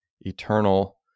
eternal